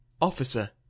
officer